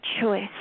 choice